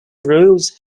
rules